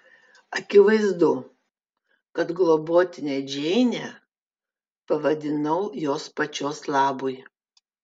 akivaizdu kad globotine džeinę pavadinau jos pačios labui